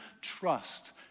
trust